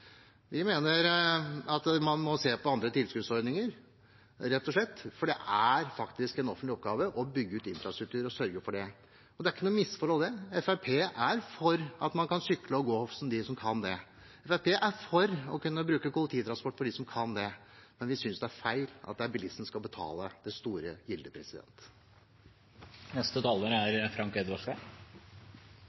Vi mener at man må se på andre tilskuddsordninger, rett og slett, for det er faktisk en offentlig oppgave å bygge ut infrastruktur og sørge for det. Og det er ikke noe misforhold: Fremskrittspartiet er for at man kan sykle og gå, de som kan det; Fremskrittspartiet er for å kunne bruke kollektivtransport, de som kan det – men vi synes det er feil at det er bilistene som skal betale det store gildet.